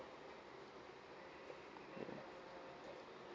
mm